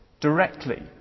directly